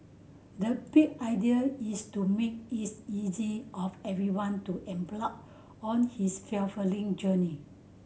the big idea is to make is easy of everyone to on his fulfilling journey